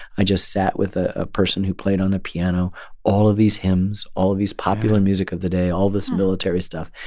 i just sat with ah a person who played on a piano all of these hymns, all of these popular music of the day, all this military stuff.